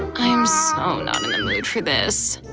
i'm so not in the mood for this.